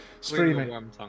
streaming